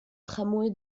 tramway